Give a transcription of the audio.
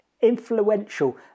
influential